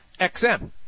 XM